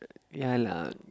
ya lah